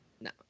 No